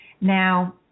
now